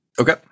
Okay